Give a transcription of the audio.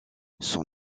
son